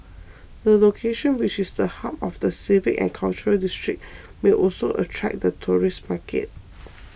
the location which is the hub of the civic and cultural district may also attract the tourist market